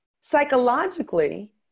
Psychologically